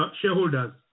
shareholders